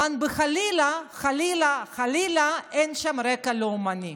אבל חלילה חלילה אין שם רקע לאומני.